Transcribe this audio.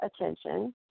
attention